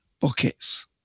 buckets